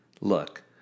look